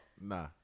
Nah